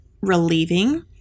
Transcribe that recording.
relieving